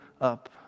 up